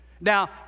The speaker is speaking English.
Now